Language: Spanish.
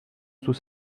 sus